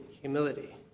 humility